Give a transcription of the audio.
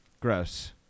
Gross